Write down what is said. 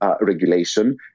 regulation